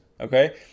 okay